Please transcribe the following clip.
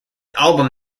album